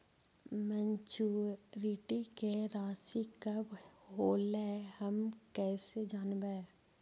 Maturity के रासि कब होलै हम कैसे जानबै?